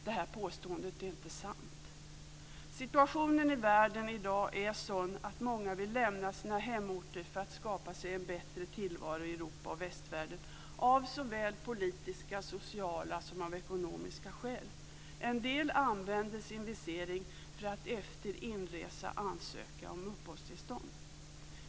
Detta påstående är inte sant. Situationen i världen är i dag sådan att många vill lämna sina hemorter för att skapa sig en bättre tillvaro i Europa eller västvärlden i övrigt, av såväl politiska och sociala som ekonomiska skäl. En del använder sin visering för att efter inresa ansöka om uppehållstillstånd.